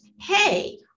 hey